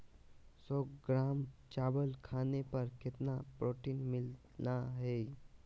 सौ ग्राम चावल खाने पर कितना प्रोटीन मिलना हैय?